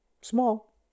small